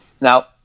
Now